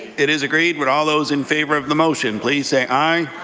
it is agreed. would all those in favour of the motion please say aye.